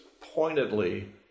pointedly